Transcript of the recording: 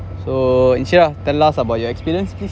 so insyirah tell us about your experience please